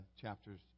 chapters